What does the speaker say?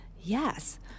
Yes